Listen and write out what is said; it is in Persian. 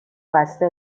بسته